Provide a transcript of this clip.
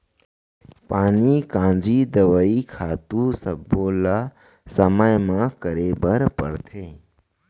पानी कांजी, दवई, खातू सब्बो ल समे म करे बर परथे